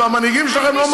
במנהיגים שלכם,